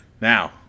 Now